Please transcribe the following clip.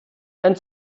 and